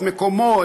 את מקומו,